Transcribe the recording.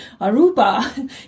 aruba